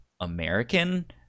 American